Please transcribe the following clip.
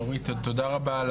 אורית תודה רבה,